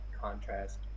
contrast